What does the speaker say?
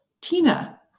Tina